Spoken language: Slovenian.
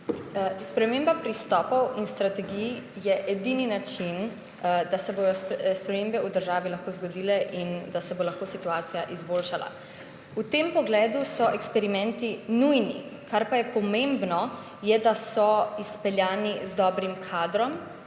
Sprememba pristopov in strategij je edini način, da se bodo spremembe v državi lahko zgodile in da se bo lahko situacija izboljšala. V tem pogledu so eksperimenti nujni. Kar pa je pomembno, je, da so izpeljani z dobrim kadrom